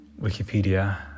wikipedia